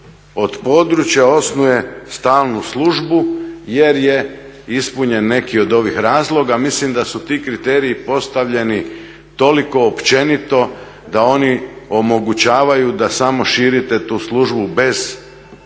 od područja osnuje stalnu službu jer je ispunjen neki od ovih razloga. Mislim da su ti kriteriji postavljeni toliko općenito da oni omogućavaju da samo širite tu službu bez,